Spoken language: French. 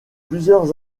plusieurs